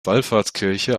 wallfahrtskirche